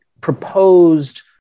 proposed